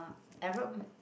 Arab